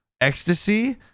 ecstasy